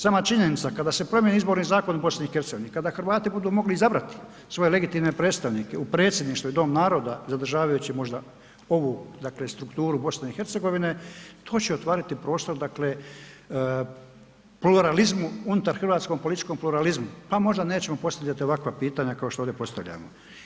Sama činjenica kada se promjeni izborni zakon u BiH, kada Hrvati budu mogli izabrati svoje legitimne predstavnike u Predsjedništvo i Dom naroda zadržavajući možda ovu dakle strukturu BiH to će otvoriti prostor dakle pluralizmu, unutar hrvatskom političkom pluralizmu pa možda nećemo postavljati ovakva pitanja kao što ovdje postavljamo.